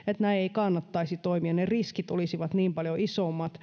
näin ei kannattaisi toimia ne riskit olisivat niin paljon isommat